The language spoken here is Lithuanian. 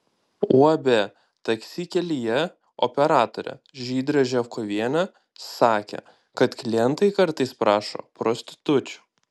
uab taksi kelyje operatorė žydrė ževkovienė sakė kad klientai kartais prašo prostitučių